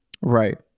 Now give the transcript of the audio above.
Right